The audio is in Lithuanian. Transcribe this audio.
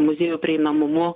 muziejų prieinamumu